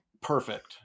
perfect